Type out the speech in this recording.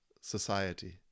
society